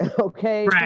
Okay